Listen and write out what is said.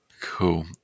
cool